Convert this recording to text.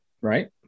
Right